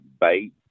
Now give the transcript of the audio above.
bait